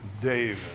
David